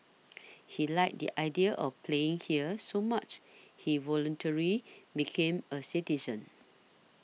he liked the idea of playing here so much he voluntary became a citizen